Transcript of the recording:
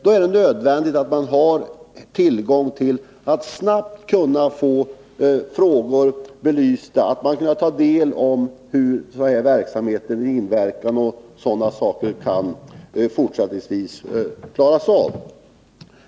Då är det nödvändigt att man snabbt kan få frågor belysta och kan ta del av den här verksamhetens inverkan och bedöma hur dessa problem i fortsättningen skall klaras av.